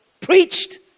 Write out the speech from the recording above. Preached